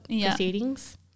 proceedings